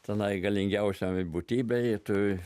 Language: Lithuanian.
tenai galingiausiam būtybei tu